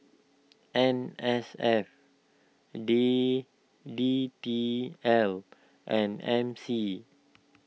N S F D D T L and M C